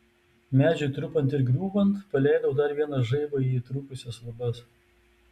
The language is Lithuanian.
medžiui trupant ir griūvant paleidau dar vieną žaibą į įtrūkusias lubas